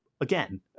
again